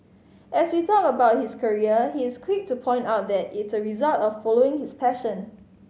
as we talk about his career he is quick to point out that it result of following his passion